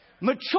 mature